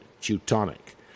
Teutonic